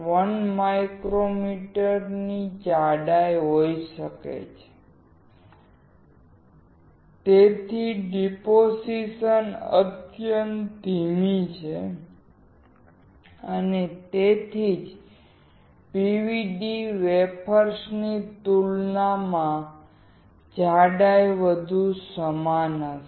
1 micron જાડાઈ હોઈ શકે છે તેથી ડિપોઝિશન અત્યંત ધીમી છે અને તેથી જ PVD વેફર્સની તુલનામાં જાડાઈ વધુ સમાન હશે